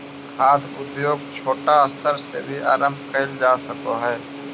खाद्य उद्योग छोटा स्तर से भी आरंभ कैल जा सक हइ